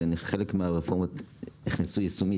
על כך שחלק מן הרפורמה נכנסה יישומית,